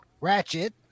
Ratchet